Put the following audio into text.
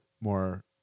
more